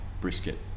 brisket